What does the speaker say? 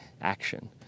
action